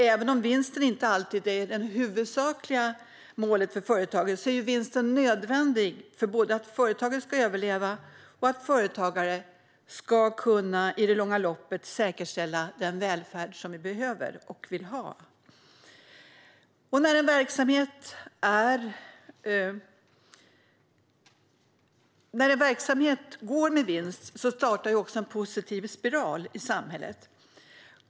Även om vinsten inte alltid är det huvudsakliga målet för företagen är vinsten nödvändig för att företagen ska överleva och för att företagare i det långa loppet ska kunna säkerställa den välfärd som vi behöver och vill ha. När en verksamhet går med vinst startar en positiv spiral i samhället.